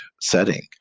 setting